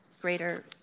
greater